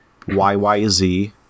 yyz